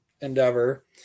endeavor